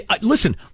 Listen